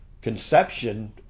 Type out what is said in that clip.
conception